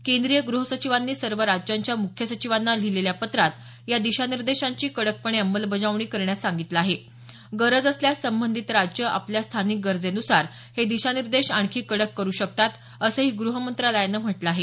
केंद्रीय गृह सचिवांनी सर्व राज्यांच्या मुख्य सचिवांना लिहिलेल्या पत्रात या दिशानिर्देशांची कडकपणे अंमलबजावणी करण्यास सांगितलं आहे गरज असल्यास संबधित राज्यं आपल्या स्थानिक गरजेनुसार हे दिशानिर्देश आणखी कडक करू शकतात असंही ग्रह मंत्रालयानं म्हटलं आहे